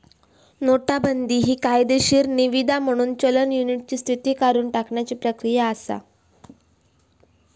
नोटाबंदी हि कायदेशीर निवीदा म्हणून चलन युनिटची स्थिती काढुन टाकण्याची क्रिया असा